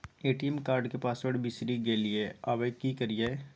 ATM card के password बिसरि गेलियै आबय की करियै?